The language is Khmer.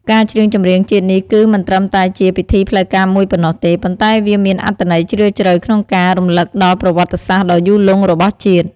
ការច្រៀងចម្រៀងជាតិនេះ គឺមិនត្រឹមតែជាពិធីផ្លូវការមួយប៉ុណ្ណោះទេ ប៉ុន្តែវាមានអត្ថន័យជ្រាលជ្រៅក្នុងការ រំលឹកដល់ប្រវត្តិសាស្ត្រដ៏យូរលង់របស់ជាតិ។